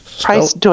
Price